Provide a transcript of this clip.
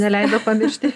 neleido ir štai